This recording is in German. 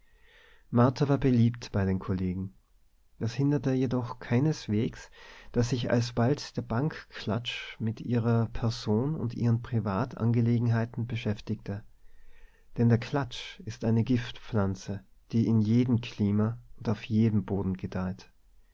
beliebt bei den kollegen das hinderte jedoch keineswegs daß sich alsbald der bankklatsch mit ihrer person und ihren privatangelegenheiten beschäftigte denn der klatsch ist eine giftpflanze die in jedem klima und auf jedem boden gedeiht